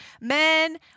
men